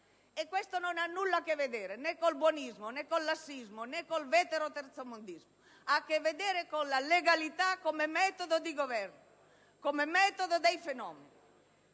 E questo non ha nulla a che vedere col buonismo, né col lassismo, né col veteroterzomondismo; ha a che vedere con la legalità come metodo di governo dei fenomeni.